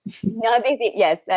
yes